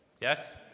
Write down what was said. Yes